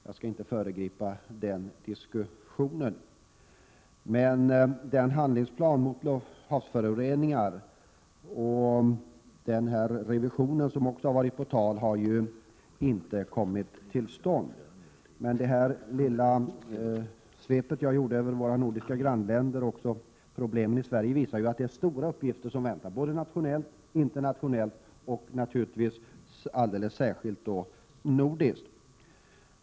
Jag skall inte föregripa den diskussionen, men inte heller den handlingsplan mot havsföroreningar och den revision som har varit på tal har ju kommit till stånd. Den lilla översikt jag gjorde över förhållandena när det gäller våra nordiska grannländer och problemen här i Sverige visar ju att det är stora uppgifter som väntar nationellt lika väl som internationellt och naturligtvis alldeles särskilt på det nordiska planet.